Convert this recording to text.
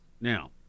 Now